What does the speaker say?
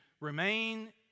remain